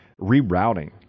rerouting